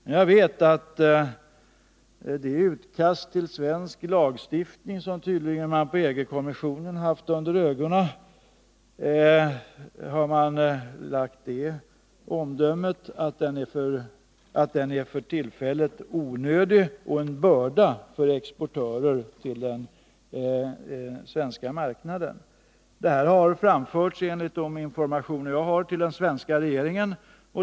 Om det utkast till svensk lagstiftning som EG-kommissionen tydligen haft under ögonen har man fällt omdömet att denna lagstiftning för tillfället är onödig och utgör en börda för exportörer till den svenska marknaden. Detta har, enligt de informationer jag har, framförts till den svenska regeringen.